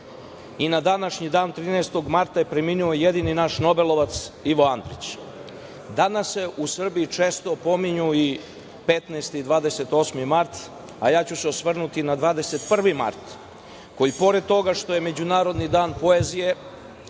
i na današnji dan 13. marta, preminuo jedini naš nobelovac Ivo Andrić. Danas se u Srbiji često pominju i 15. i 28. mart, a ja ću se osvrnuti na 21. mart, koji pored toga što je Međunarodni dan poezije,